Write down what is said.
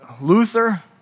Luther